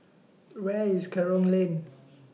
Where IS Kerong Lane